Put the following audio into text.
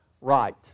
right